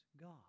God